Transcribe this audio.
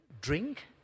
drink